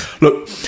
Look